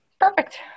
perfect